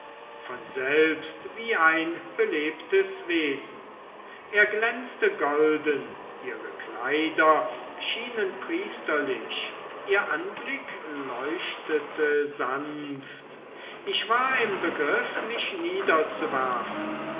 von selbst wie ein belebtes wesen er glänzte golden ihre kleider schienen priesterlich ihr anblick leuchtete sanft ich war im begriff mich niederzuwerfen